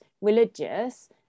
religious